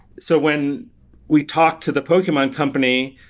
so, when we talk to the pokemon company